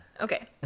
Okay